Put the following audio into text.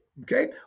Okay